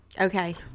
Okay